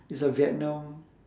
it's a vietnam